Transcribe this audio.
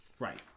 Right